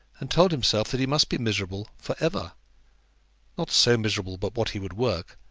and told himself that he must be miserable for ever not so miserable but what he would work,